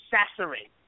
accessory